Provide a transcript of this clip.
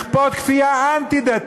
לכפות כפייה אנטי-דתית.